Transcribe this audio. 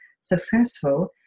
successful